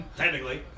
technically